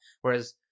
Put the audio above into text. Whereas